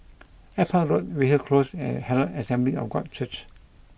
Airport Road Weyhill Close and Herald Assembly of God Church